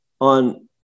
on